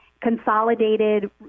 consolidated